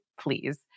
please